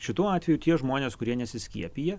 šituo atveju tie žmonės kurie nesiskiepija